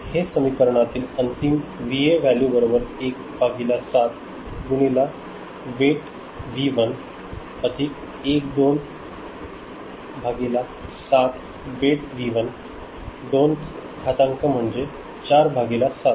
हे समीकरनातली अंतिम व्ही ए व्हॅल्यू बरोबर एक भागीला सात गुणीला वेट व्ही1 अधिक एक दोन भागीला सात वेट व्ही2 दोनचा घातांक 2 म्हणजे चार भागीला सात